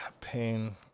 pain